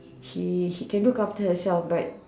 she she can look after herself but